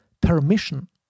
permission